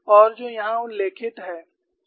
और जो यहाँ उल्लेखित है